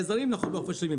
אנחנו נעזרים בעופות שלמים,